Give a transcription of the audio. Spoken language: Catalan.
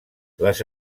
les